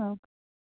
okay